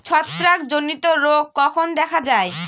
ছত্রাক জনিত রোগ কখন দেখা য়ায়?